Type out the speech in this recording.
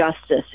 justice